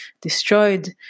destroyed